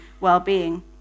well-being